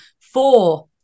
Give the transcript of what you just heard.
Four